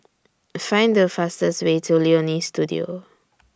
Find The fastest Way to Leonie Studio